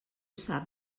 sap